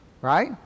right